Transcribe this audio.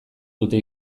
dute